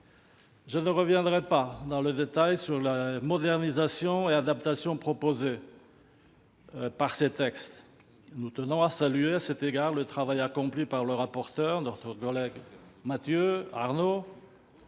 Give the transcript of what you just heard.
Je ne reviendrai pas dans le détail sur les modernisations et adaptations proposées par ces textes. Nous tenons à saluer à cet égard le travail accompli par le rapporteur, notre collègue Mathieu Darnaud.